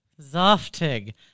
Zoftig